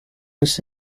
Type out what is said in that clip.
isi